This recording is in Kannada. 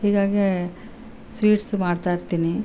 ಹೀಗಾಗಿ ಸ್ವೀಟ್ಸ್ ಮಾಡ್ತಾ ಇರ್ತೀನಿ